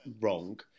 wrong